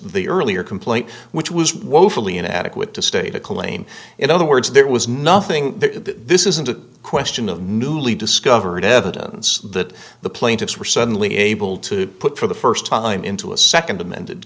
complaint which was woefully inadequate to state a claim in other words there was nothing this isn't a question of newly discovered evidence that the plaintiffs were suddenly able to put for the first time into a second amended